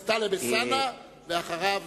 חבר הכנסת טלב אלסאנע, ואחריו,